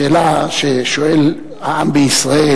השאלה ששואל העם בישראל,